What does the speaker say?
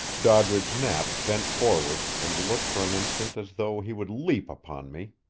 doddridge knapp bent forward, and looked for an instant as though he would leap upon me.